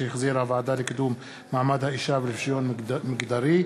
שהחזירה הוועדה לקידום מעמד האישה ולשוויון מגדרי.